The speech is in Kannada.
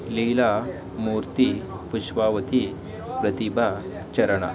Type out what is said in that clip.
ಲೀಲಾ ಮೂರ್ತಿ ಪುಷ್ಪಾವತಿ ಪ್ರತಿಭಾ ಚರಣ